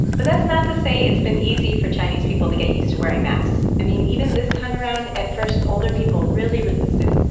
but that's not to say it's been easy for chinese people to get used to wearing masks. i mean, even this time around, at first, older people really resisted